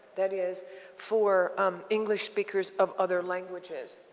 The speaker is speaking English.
that is for english speakers of other languages.